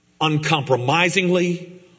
uncompromisingly